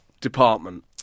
department